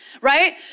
right